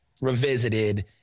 revisited